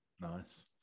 Nice